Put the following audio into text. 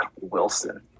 Wilson